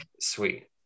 sweet